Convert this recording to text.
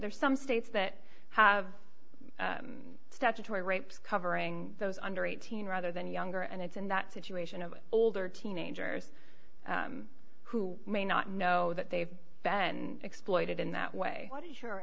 are some states that have statutory rape covering those under eighteen rather than younger and it's in that situation of older teenagers who may not know that they've been exploited in that way what is your